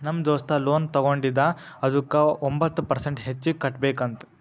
ನಮ್ ದೋಸ್ತ ಲೋನ್ ತಗೊಂಡಿದ ಅದುಕ್ಕ ಒಂಬತ್ ಪರ್ಸೆಂಟ್ ಹೆಚ್ಚಿಗ್ ಕಟ್ಬೇಕ್ ಅಂತ್